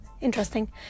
Interesting